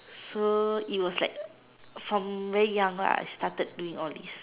so it was like from very young lah I started doing all these